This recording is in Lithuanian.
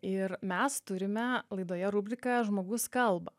ir mes turime laidoje rubriką žmogus kalba